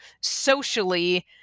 socially